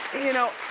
you know,